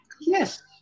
Yes